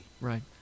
Right